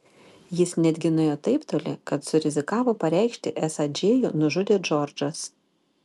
jis netgi nuėjo taip toli kad surizikavo pareikšti esą džėjų nužudė džordžas